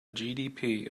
gdp